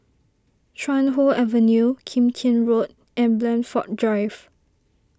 Chuan Hoe Avenue Kim Tian Road and Blandford Drive